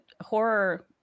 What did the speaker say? horror